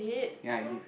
ya I did